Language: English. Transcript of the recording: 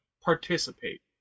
participate